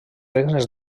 regnes